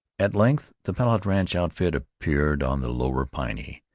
at length the palette ranch outfit appeared on the lower piney,